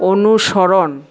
অনুসরণ